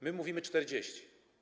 My mówimy: 40.